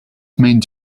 means